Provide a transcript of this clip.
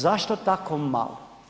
Zašto tako malo?